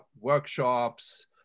workshops